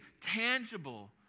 tangible